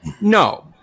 no